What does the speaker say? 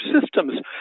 systems